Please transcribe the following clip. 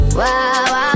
wow